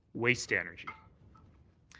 waste energy.